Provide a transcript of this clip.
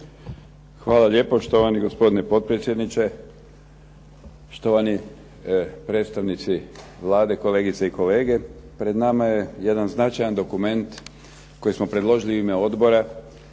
Hvala lijepa štovani gospodine potpredsjedniče, štovani predstavnici Vlade, kolegice i kolege. Pred nama je jedan značajan dokument koji smo predložili u ime Odbora